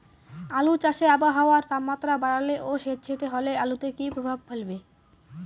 আলু চাষে আবহাওয়ার তাপমাত্রা বাড়লে ও সেতসেতে হলে আলুতে কী প্রভাব ফেলবে?